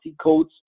codes